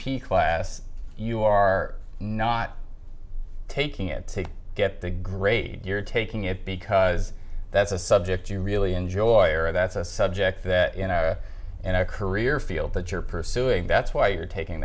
p class you are not taking it to get the grade you're taking it because that's a subject you really enjoy or that's a subject that you know and a career field that you're pursuing that's why you're taking